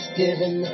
given